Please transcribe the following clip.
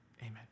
Amen